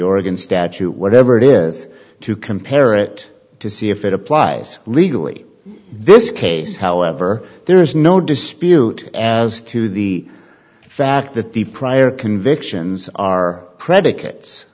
oregon statute whatever it is to compare it to see if it applies legally this case however there is no dispute as to the fact that the prior convictions are predicates